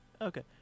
Okay